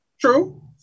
True